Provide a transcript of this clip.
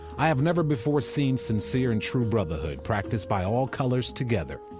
i have never before seen sincere and true brotherhood practiced by all colors together,